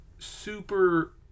Super